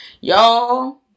Y'all